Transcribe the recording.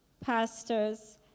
pastors